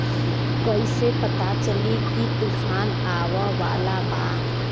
कइसे पता चली की तूफान आवा वाला बा?